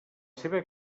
seva